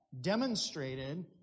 demonstrated